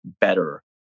better